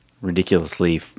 ridiculously